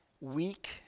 weak